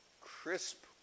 crisp